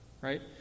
right